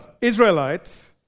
Israelites